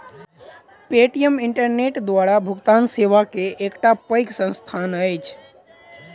Paytm internet द्वारा भुगतान सेवा के एकटा पैघ संस्थान अछि